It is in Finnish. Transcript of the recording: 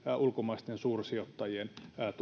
ulkomaisten suursijoittajien